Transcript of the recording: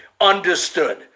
understood